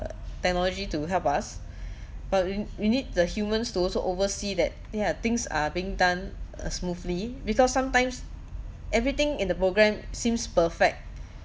technology to help us but we we need the humans to also oversee that yeah things are being done uh smoothly because sometimes everything in the program seems perfect